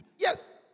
Yes